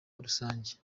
rusange